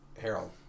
Harold